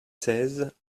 seize